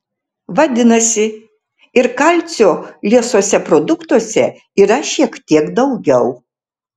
vadinasi ir kalcio liesuose produktuose yra šiek tiek daugiau